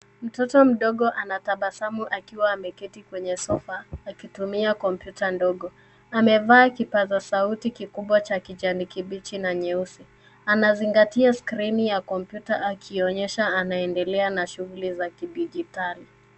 Mtoto mdogo anatabasamu akiwa ameketi kwenye sofa akitumia kompyuta ndogo. Amevaa kipaza sauti kikubwa cha kijani kibichi na nyeusi. Anazingatia skrini ya kompyuta akionyesha anaendelea na shughuli za kidijitali.